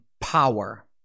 power